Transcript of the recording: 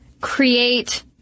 create